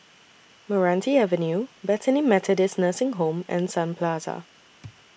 Meranti Avenue Bethany Methodist Nursing Home and Sun Plaza